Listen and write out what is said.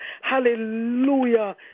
hallelujah